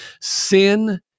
Sin